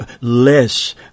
less